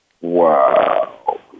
Wow